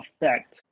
effect